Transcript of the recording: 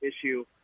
issue